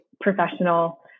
professional